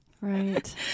Right